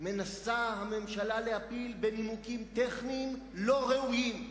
הממשלה מנסה להפיל בנימוקים טכניים לא ראויים.